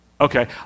Okay